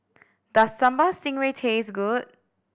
does Sambal Stingray taste good